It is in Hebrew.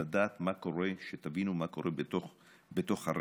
לדעת מה קורה, שתבינו מה קורה בתוך הרשת.